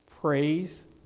praise